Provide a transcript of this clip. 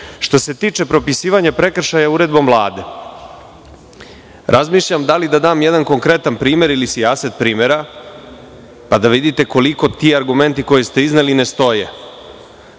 se tiče propisivanja prekršaja uredbom Vlade, razmišljam da li da dam jedan konkretan primer ili sijaset primera, pa da vidite koliko ti argumenti koje ste izneli ne stoje.